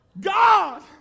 God